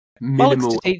minimal